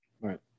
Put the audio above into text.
Right